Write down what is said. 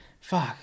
fuck